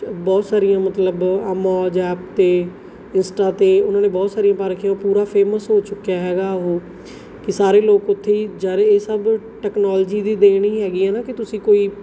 ਬਹੁਤ ਸਾਰੀਆਂ ਮਤਲਬ ਮੌਜ ਐਪ 'ਤੇ ਇੰਸਟਾ 'ਤੇ ਉਹਨਾਂ ਨੇ ਬਹੁਤ ਸਾਰੀਆਂ ਪਾ ਰੱਖੀਆ ਪੂਰਾ ਫੇਮਸ ਹੋ ਚੁੱਕਿਆ ਹੈਗਾ ਉਹ ਕਿ ਸਾਰੇ ਲੋਕ ਉੱਥੇ ਹੀ ਜਾ ਰਹੇ ਆ ਇਹ ਸਭ ਟੈਕਨੋਲੋਜੀ ਦੀ ਦੇਣੀ ਹੀ ਹੈਗੀ ਆ ਨਾ ਕਿ ਤੁਸੀਂ ਕੋਈ